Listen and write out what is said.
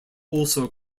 also